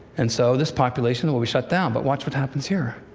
and so this population will be shut down. but watch what happens here.